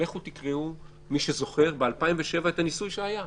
לכו תקראו מי שזוכר ב-2007 את הניסוי שהיה.